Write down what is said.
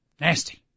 nasty